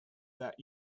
that